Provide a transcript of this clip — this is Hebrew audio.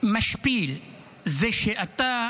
משפיל זה שאתה